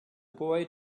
boy